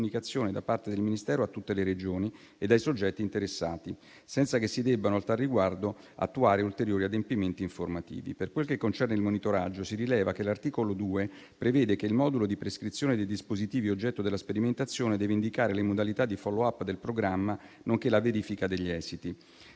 da parte del Ministero a tutte le Regioni e ai soggetti interessati, senza che si debbano a tal riguardo attuare ulteriori adempimenti informativi. Per quel che concerne il monitoraggio, si rileva che l'articolo 2 prevede che il modulo di prescrizione dei dispositivi oggetto della sperimentazione indichi le modalità di *follow up* del programma, nonché la verifica degli esiti.